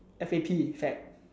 F A P fap